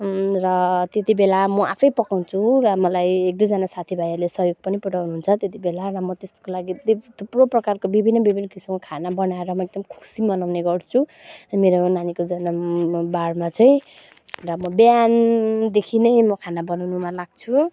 र त्यति बेला म आफै पकाउँछु र मलाई एकदुईजना साथीभाइहरूले सहयोग पनि पुऱ्याउनुहुन्छ त्यति बेला र म त्यस्तोको लागि थुप्रो प्रकारको विभिन्न विभिन्न किसिमको खाना बनाएर म एकदम खुसी मनाउने गर्छु मेरो नानीको जन्म बारमा चाहिँ र म बिहानदेखि नै म खाना बनाउनुमा लाग्छु